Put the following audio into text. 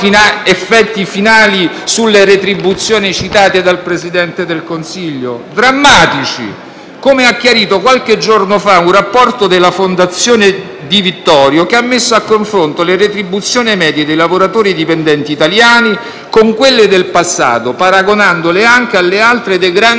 come ha chiarito qualche giorno fa un rapporto della Fondazione Giuseppe Di Vittorio, che ha messo a confronto le attuali retribuzioni medie dei lavoratori dipendenti italiani con quelle del passato, paragonandole anche alle altre dei grandi Paesi europei. Morale: in Italia, nel periodo compreso tra il 2010 e il